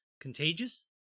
contagious